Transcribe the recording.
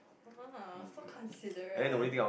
!wah! so considerate